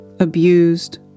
abused